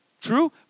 true